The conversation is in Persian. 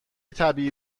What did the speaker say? طبیعی